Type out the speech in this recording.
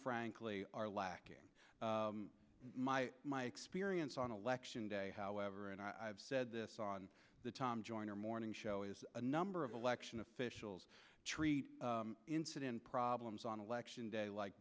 frankly are lacking my my experience on election day however and i've said this on the tom joyner morning show is a number of election officials treat incident problems on election day like